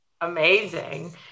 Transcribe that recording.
Amazing